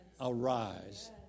arise